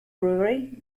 brewery